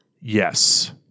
Yes